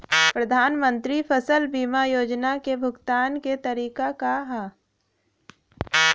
प्रधानमंत्री फसल बीमा योजना क भुगतान क तरीकाका ह?